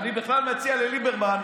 זה במצע של תקווה חדשה.